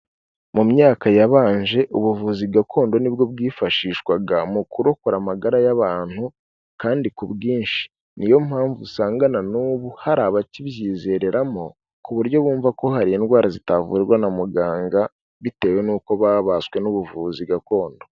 Mu myaka yabanje ubuvuzi gakondo ni bwo bwifashishwaga mu kurokora amagara y'abantu kandi ku bwinshi, niyo mpamvu usanga na nubu hari abakibyizereramo ku buryo bumva ko hari indwara zitavurwa na muganga bitewe nuko babaswe n'ubuvuzi gakondo.